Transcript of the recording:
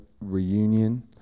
reunion